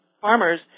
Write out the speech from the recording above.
farmers